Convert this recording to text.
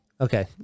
okay